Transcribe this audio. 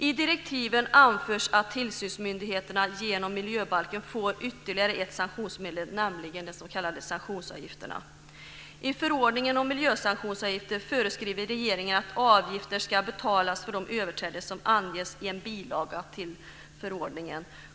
I direktiven anförs att tillsynsmyndigheterna genom miljöbalken får ytterligare ett sanktionsmedel, nämligen de s.k. miljösanktionsavgifterna. I förordningen om miljösanktionsavgifter föreskriver regeringen att avgifter ska betalas för de överträdelser som anges i en bilaga till förordningen.